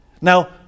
Now